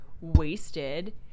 wasted